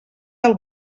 del